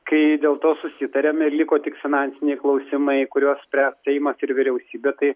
kai dėl to susitarėm ir liko tik finansiniai klausimai kuriuos spręs seimas ir vyriausybė tai